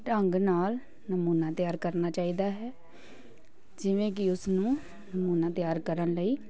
ਢੰਗ ਨਾਲ ਨਮੂਨਾ ਤਿਆਰ ਕਰਨਾ ਚਾਹੀਦਾ ਹੈ ਜਿਵੇਂ ਕਿ ਉਸਨੂੰ ਨਮੂਨਾ ਤਿਆਰ ਕਰਨ ਲਈ